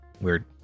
weird